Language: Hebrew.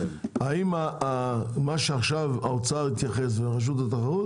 האם מה שעכשיו האוצר ורשות התחרות